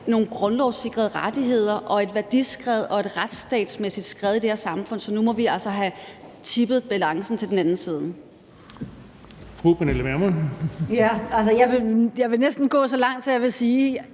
nogle grundlovssikrede rettigheder og et værdiskred og et retsstatsmæssigt skred i det her samfund. Så nu må vi altså have tippet balancen til den anden side. Kl. 13:19 Den fg. formand (Erling Bonnesen): Fru Pernille